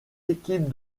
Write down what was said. équipes